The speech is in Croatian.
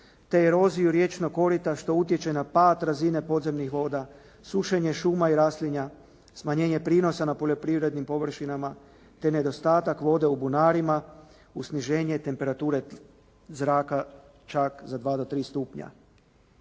te eroziju riječnog korita što utječe na pad razine podzemnih voda, sušenje šuma i raslinja, smanjenje prinosa na poljoprivrednim površinama te nedostatak vode u bunarima uz sniženje temperature zraka čak za dva do tri stupnja.